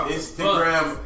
Instagram